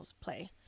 play